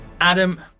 Adam